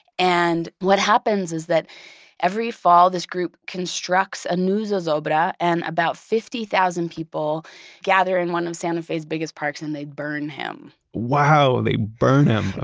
and what happens is that every fall, this group constructs a new zozobra and about fifty thousand people gather in one of santa fe's biggest parks, and they burn him wow! they burn him!